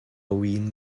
win